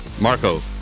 Marco